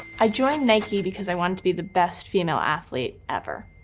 i joined nike because i wanted to be the best female athlete, ever.